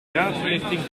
straatverlichting